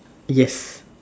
yes